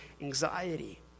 anxiety